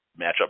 matchup